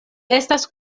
estas